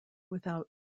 without